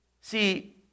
See